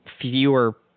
fewer